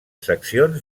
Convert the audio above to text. seccions